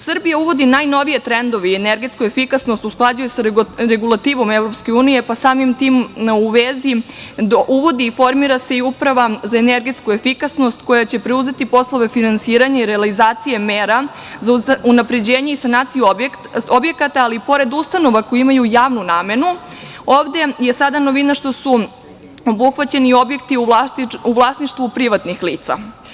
Srbija uvodi najnovije trendove i energetsku efikasnost usklađuje sa regulativom EU, pa samim tim uvodi i formira se uprava za energetsku efikasnost, koja će preuzeti poslove finansiranja i realizacije mera za unapređenje i sanaciju objekata, ali pored ustanova koje imaju javnu namenu, ovde je sada novina što su obuhvaćeni i objekti u vlasništvu privatnih lica.